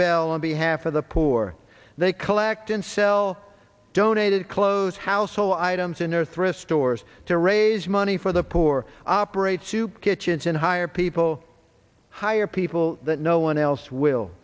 bell on behalf of the poor they collect and sell donated clothes household items in their thrift stores to raise money for the poor operate soup kitchens and hire people hire people that no one else w